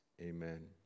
amen